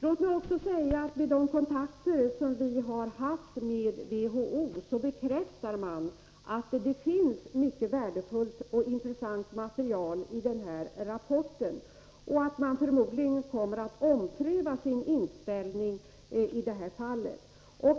Låt mig också säga att man vid de kontakter som vi har haft med WHO där har bekräftat att det finns mycket värdefullt och intressant material i rapporten och att man förmodligen kommer att ompröva sin inställning.